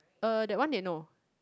uh that one they know